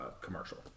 Commercial